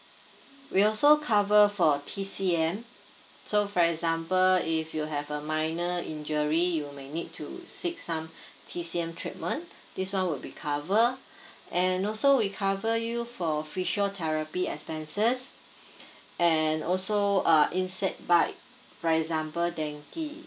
we also cover for T_C_M so for example if you have a minor injury you may need to seek some T_C_M treatment this one would be cover and also we cover you for physiotherapy expenses and also uh insect bite for example dengue